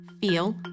feel